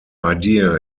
idea